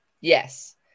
Yes